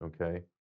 okay